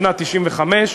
התשנ"ה 1995,